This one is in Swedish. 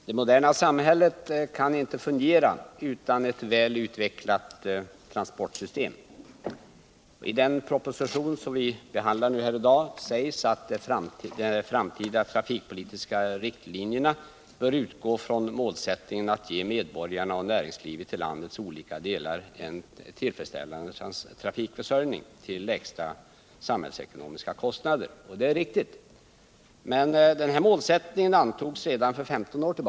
Herr talman! Det moderna samhället kan inte fungera utan ett väl utvecklat transportsystem. I den proposition som vi behandlar just nu sägs, att de framtida trafikpolitiska riktlinjerna bör utgå från målsättningen att ge medborgarna och näringslivet i landets olika delar en tillfredsställande trafikförsörjning till lägsta samhällsekonomiska kostander. Det är riktigt. Men den målsättningen antogs redan för 15 år sedan.